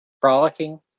Frolicking